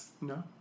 No